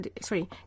sorry